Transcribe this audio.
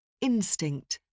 Instinct